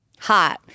Hot